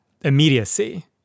immediacy